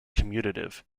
commutative